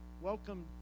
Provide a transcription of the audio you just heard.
Welcome